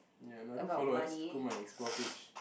ya and I don't follow I just go my Explore page